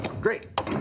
Great